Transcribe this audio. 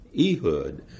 Ehud